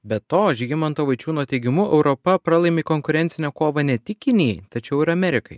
be to žygimanto vaičiūno teigimu europa pralaimi konkurencinę kovą ne tik kinijai tačiau ir amerikai